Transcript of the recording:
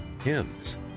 hymns